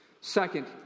Second